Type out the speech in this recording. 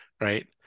right